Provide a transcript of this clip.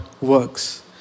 works